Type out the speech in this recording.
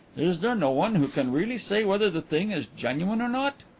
is there no one who can really say whether the thing is genuine or not?